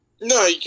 No